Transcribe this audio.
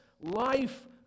life